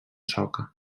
soca